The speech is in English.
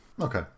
Okay